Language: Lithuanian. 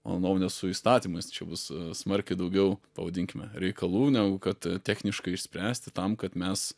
mano nuomone su įstatymas čia bus smarkiai daugiau pavadinkime reikalų negu kad techniškai išspręsti tam kad mes